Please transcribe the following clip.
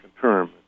term